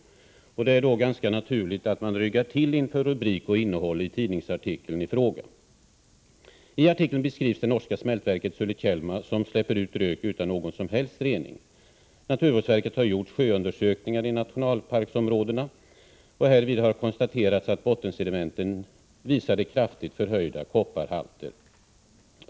Det är då ganska naturligt att man ryggar till inför rubrik och innehåll i tidningsartikeln i fråga. I artikeln beskrivs det norska smältverket Sulitjelma, som släpper ut rök utan någon som helst rening. Naturvårdsverket har gjort sjöundersökningar i nationalparksområdena. Härvid har konstaterats att bottensedimenten visade kraftigt förhöjda kopparhalter.